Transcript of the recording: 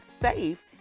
safe